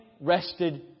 rested